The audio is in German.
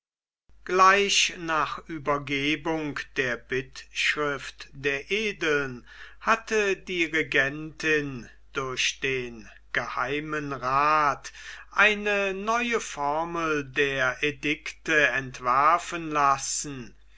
gleich nach uebergebung der bittschrift der edeln hatte die regentin durch den geheimen rath eine neue formel der edikte entwerfen lassen